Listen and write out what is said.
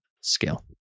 scale